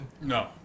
No